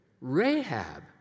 Rahab